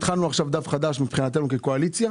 התחלנו עכשיו דף חדש מבחינתנו כקואליציה.